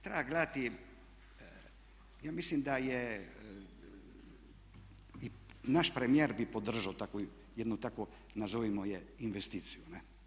Treba gledati, ja mislim da je i naš premijer bi podržao jednu takvu nazovimo je investiciju ne'